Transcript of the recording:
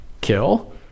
kill